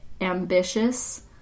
ambitious